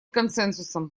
консенсусом